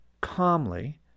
calmly